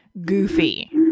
goofy